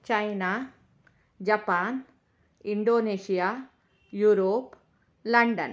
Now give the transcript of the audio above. China Japan Indonesia Europe London